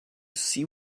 see